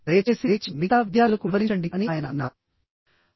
దయచేసి లేచి మిగతా విద్యార్థులకు వివరించండి అని ఆయన అన్నారు